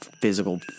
physical